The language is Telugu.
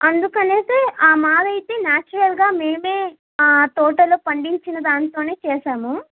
అందుకనేసి ఆ మాల అయితే న్యాచురల్గా మేమే ఆ తోటలో పండించిన దానితోనే చేసాము